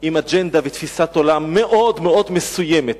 עם אג'נדה ותפיסת עולם מאוד מאוד מסוימת